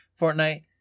Fortnite